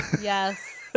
Yes